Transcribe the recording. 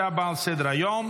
27 בעד, חמישה נגד, שני נמנעים.